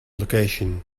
location